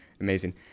Amazing